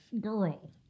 girl